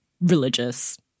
religious